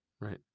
right